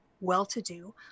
well-to-do